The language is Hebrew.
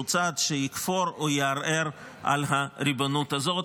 צעד שיכפור או יערער על הריבונות הזאת.